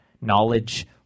knowledge